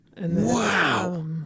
Wow